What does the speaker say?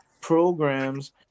programs